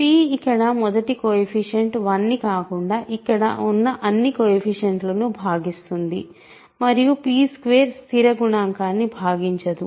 p ఇక్కడ మొదటి coefficient 1 ని కాకుండా ఇక్కడ ఉన్న అన్ని కొయెఫిషియంట్ లనును భాగిస్తుంది మరియు p2 స్థిర గుణకాన్ని భాగించదు